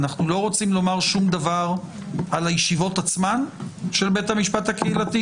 אבל אנחנו לא רוצים לומר שום דבר על הישיבות עצמן של בית המשפט הקהילתי,